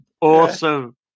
Awesome